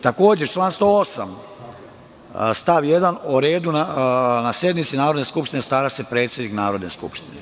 Takođe, član 108. stav 1. - o redu na sednici Narodne skupštine stara se predsednik Narodne skupštine.